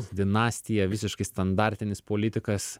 dinastija visiškai standartinis politikas